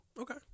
okay